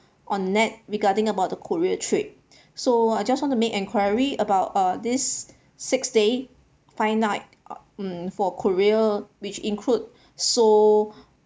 on net regarding about the korea trip so I just want to make enquiry about uh this six day five night um for korea which include seoul